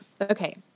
okay